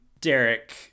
Derek